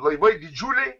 laivai didžiuliai